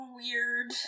weird